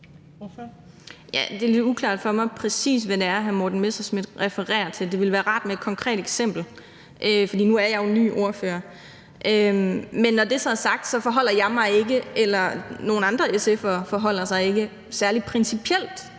Det er lidt uklart for mig, præcis hvad det er, hr. Morten Messerschmidt refererer til. Det ville være rart med et konkret eksempel, for nu er jeg jo ny ordfører. Men når det så er sagt, forholder jeg eller nogen andre SF'ere sig ikke særlig principielt